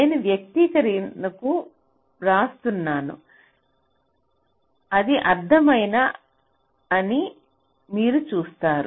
నేను వ్యక్తీకరణను వ్రాస్తున్నాను అది అర్ధమేనా అని మీరు చూస్తారు